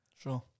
Sure